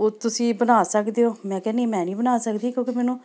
ਉਹ ਤੁਸੀਂ ਬਣਾ ਸਕਦੇ ਹੋ ਮੈਂ ਕਿਹਾ ਨਹੀਂ ਮੈਂ ਨਹੀਂ ਬਣਾ ਸਕਦੀ ਕਿਉਂਕਿ ਮੈਨੂੰ